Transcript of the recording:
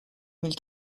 mille